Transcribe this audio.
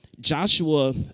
Joshua